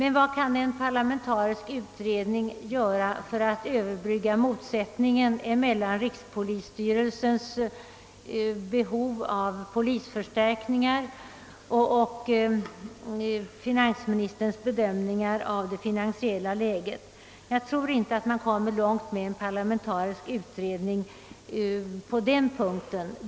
Vad kan en parlamentarisk utredning göra för att överbrygga motsättningen mellan rikspolisstyrelsens behov av polisförstärkningar och finansministerns bedömningar av det finansiella läget? Jag tror inte att vi kommer långt på den punkten med en sådan.